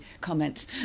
comments